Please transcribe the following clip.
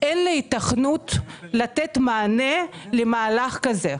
אין לה היתכנות לתת מענה למהלך הזה.